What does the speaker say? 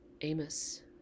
amos